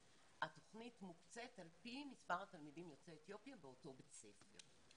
התוכנית מוקצית על פי מספר התלמידים יוצאי אתיופיה באותו בית ספר.